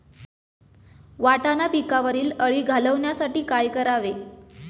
वाटाणा पिकावरील अळी घालवण्यासाठी काय करावे?